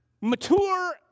mature